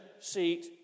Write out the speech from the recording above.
seat